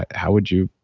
how would you?